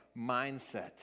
mindset